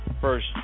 first